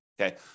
Okay